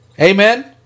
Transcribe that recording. Amen